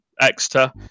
Exeter